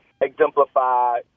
exemplify